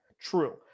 true